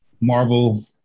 Marvel